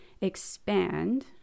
expand